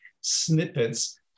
snippets